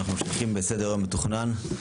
אנחנו ממשיכים בסדר-היום המתוכנן.